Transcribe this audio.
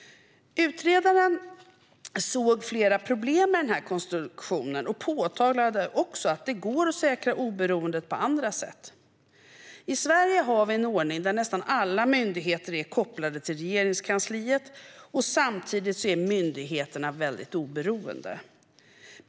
Utredaren såg flera problem med konstruktionen och påtalade också att det går att säkra oberoendet på andra sätt. I Sverige har vi en ordning där nästan alla myndigheter är kopplade till Regeringskansliet, och samtidigt är myndigheterna väldigt oberoende.